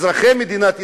אזרחי מדינת ישראל,